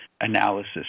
analysis